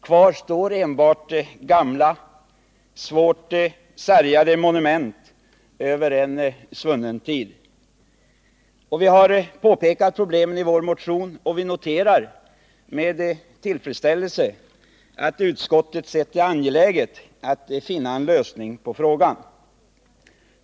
Kvar står enbart gamla, svårt sargade monument över en svunnen tid. Vi har pekat på problemen i vår motion, och vi noterar med tillfredsställelse att utskottet sett det som angeläget att finna en lösning på frågan.